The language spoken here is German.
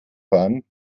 fahren